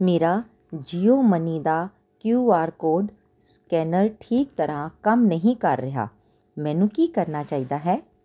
ਮੇਰਾ ਜੀਓ ਮਨੀ ਦਾ Q R code scanner ਠੀਕ ਤਰ੍ਹਾਂ ਕੰਮ ਨਹੀਂ ਕਰ ਰਿਹਾ ਮੈਨੂੰ ਕੀ ਕਰਨਾ ਚਾਹੀਦਾ ਹੈ